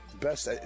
best